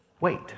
wait